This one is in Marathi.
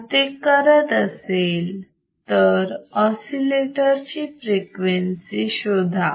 जर ते करत असेल तर ऑसिलेटर ची फ्रिक्वेन्सी शोधा